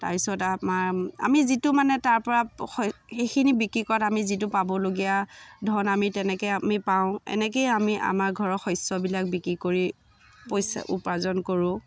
তাৰ পিছত আমাৰ আমি যিটো মানে তাৰ পৰা শ সেইখিনি বিক্ৰী কৰাত আমি যিটো পাবলগীয়া ধন আমি তেনেকৈ আমি পাওঁ এনেকেই আমি আমাৰ ঘৰৰ শস্যবিলাক বিক্ৰী কৰি পইচা উপাৰ্জন কৰোঁ